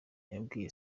yabwiye